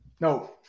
No